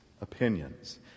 Opinions